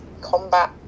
combat